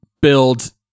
build